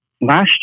last